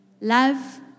Love